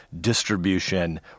distribution